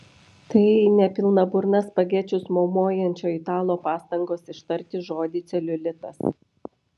tai ne pilna burna spagečius maumojančio italo pastangos ištarti žodį celiulitas